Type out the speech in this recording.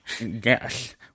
Yes